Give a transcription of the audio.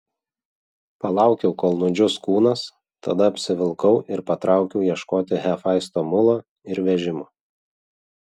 palaukiau kol nudžius kūnas tada apsivilkau ir patraukiau ieškoti hefaisto mulo ir vežimo